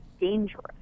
dangerous